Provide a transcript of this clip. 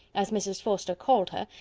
as mrs. forster called her,